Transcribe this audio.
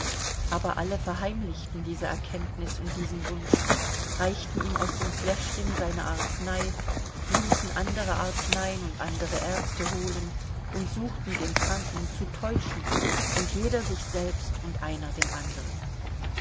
aber alle verheimlichten diese erkenntnis und diesen wunsch reichten ihm aus dem fläschchen seine arznei ließen andere arzneien und andere ärzte holen und suchten den kranken zu täuschen und jeder sich selbst und einer den andern